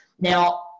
Now